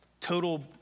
total